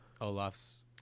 olaf's